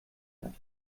hat